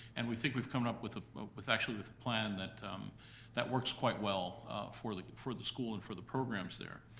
and we think we've come up with ah with actually a plan that um that works quite well for like for the school and for the programs there.